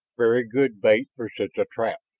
very good bait for such a trap,